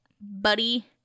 buddy